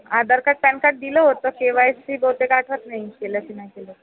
आधार card PAN card दिलं होतं K Y C बहुतेक आठवत नाही केलं की नाही केलं